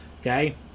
Okay